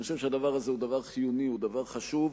אני חושב שהדבר הזה הוא דבר חיוני, הוא דבר חשוב,